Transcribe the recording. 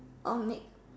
of make